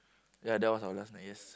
ya that was our last night yes